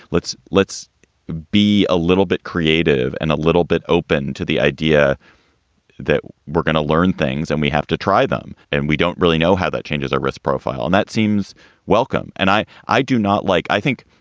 let's let's be a little bit creative and a little bit open to the idea that we're going to learn things and we have to try them. and we don't really know how that changes our risk profile. and that seems welcome. and i i do not like i think,